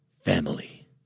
family